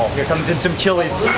here comes in some chilies.